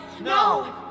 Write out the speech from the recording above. No